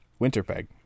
Winterpeg